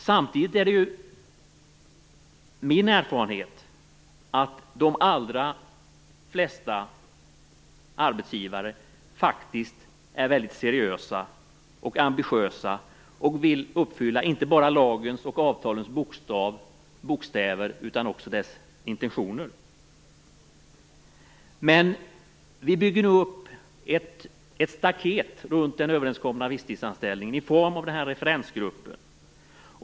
Samtidigt är det min erfarenhet att de allra flesta arbetsgivare faktiskt är väldigt seriösa och ambitiösa och vill uppfylla inte bara lagens och avtalens bokstav utan också deras intentioner. Vi bygger nu upp ett staket runt den överenskomna visstidsanställningen i form av den här referensgruppen.